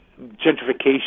gentrification